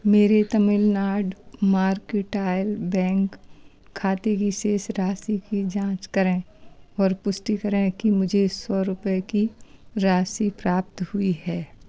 मेरे Tamil Nadu mercantile bank खाते की शेष राशि की जाँच करें और पुष्टि करें कि मुझे सौ रुपये की राशि प्राप्त हुई है